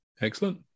Excellent